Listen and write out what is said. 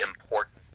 important